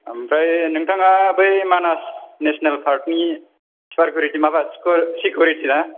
ओमफ्राय नोंथाङा बै मानास नेसनेल पार्कनि सुपारिटि माबा सेकिउरिटि ना